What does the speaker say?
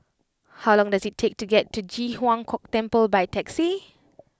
how long does it take to get to Ji Huang Kok Temple by taxi